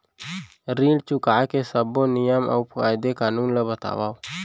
ऋण चुकाए के सब्बो नियम अऊ कायदे कानून ला बतावव